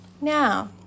Now